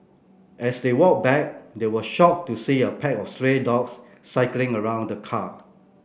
as they walked back they were shocked to see a pack of stray dogs circling around the car